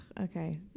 okay